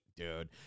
dude